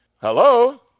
Hello